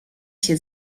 się